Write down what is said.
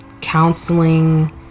counseling